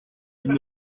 ils